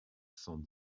cent